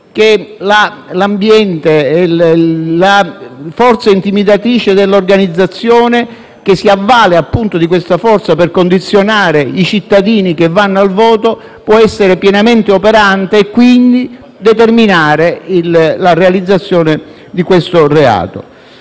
che l'ambiente e la forza intimidatrice dell'organizzazione, che si avvale appunto di questa forza per condizionare i cittadini che vanno al voto, possano essere pienamente operanti e determinare quindi la realizzazione di questo reato.